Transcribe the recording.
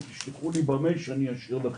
או תשלחו לי למייל שאני אאשר לכם,